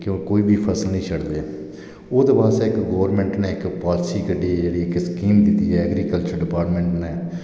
क्योंकि कोई बी फसल नेईं छडदे ओहदे आस्तै इक डिपार्टमेंट ने इक पाॅलसी कड्ढी जेहड़ी इक स्कीम दित्ती ऐग्रीकलचर डिपार्टमेंट ने